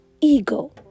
ego